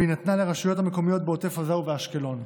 והיא ניתנה לרשויות המקומיות בעוטף עזה ובאשקלון.